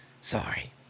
Sorry